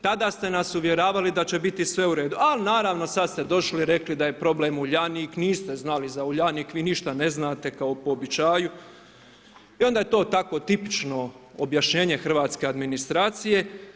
Tada ste nas uvjeravali da će biti sve u redu, al, naravno, sada ste došli i rekli da je problem Uljanik, niste znali za Uljanik, vi ništa ne znate, kao po običaju i onda je to tako tipično objašnjenje hrvatske administracije.